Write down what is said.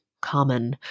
common